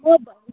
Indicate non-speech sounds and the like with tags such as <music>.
<unintelligible>